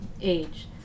age